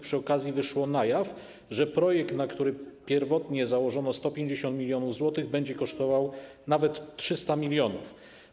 Przy okazji wyszło na jaw, że projekt, na który pierwotnie założono 150 mln zł, będzie kosztował nawet 300 mln.